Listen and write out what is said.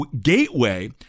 gateway